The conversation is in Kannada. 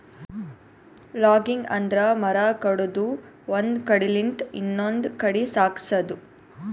ಲಾಗಿಂಗ್ ಅಂದ್ರ ಮರ ಕಡದು ಒಂದ್ ಕಡಿಲಿಂತ್ ಇನ್ನೊಂದ್ ಕಡಿ ಸಾಗ್ಸದು